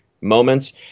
moments